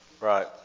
right